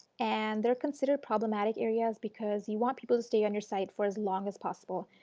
and they are considered problematic areas because you want people to stay on your site for as long as possible.